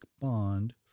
bond